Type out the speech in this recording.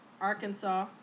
Arkansas